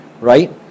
Right